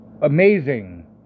Amazing